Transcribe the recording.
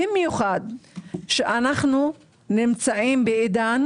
במיוחד שאנחנו נמצאים בעידן,